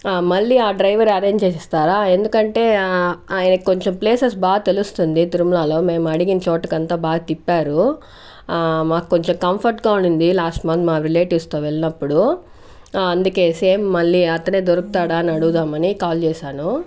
ఆ మళ్ళీ ఆ డ్రైవర్ అరేంజ్ చేసి ఇస్తారా ఎందుకంటే ఆయకి కొంచెం ప్లేసెస్ బాగా తెలుస్తుంది తిరుమలాలో మేము అడిగిన చోటకి అంతా బాగా తిప్పారు మాకొంచెం కంఫర్ట్ గా ఉండింది లాస్ట్ మంత్ మా రిలేటివ్స్ తో వెళ్నప్పుడు అందుకే సేమ్ మళ్ళీ అతనే దొరుకుతాడా అని అడుగుదామని కాల్ చేశాను